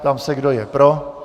Ptám se, kdo je pro.